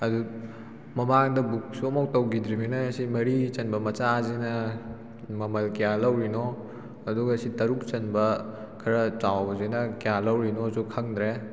ꯑꯗꯨ ꯃꯃꯥꯡꯗ ꯕꯨꯛꯁꯨ ꯑꯃꯧ ꯇꯧꯈꯤꯗ꯭ꯔꯤꯃꯤꯅ ꯑꯁꯤ ꯃꯔꯤ ꯆꯟꯕ ꯃꯆꯥꯁꯤꯅ ꯃꯃꯜ ꯀꯌꯥ ꯂꯧꯔꯤꯅꯣ ꯑꯗꯨꯒ ꯑꯁꯤ ꯇꯔꯨꯛ ꯆꯟꯕ ꯈꯔ ꯆꯥꯎꯕꯁꯤꯅ ꯀꯌꯥ ꯂꯧꯔꯤꯅꯣꯁꯨ ꯈꯪꯗ꯭ꯔꯦ